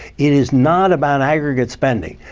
it is not about aggregate spending.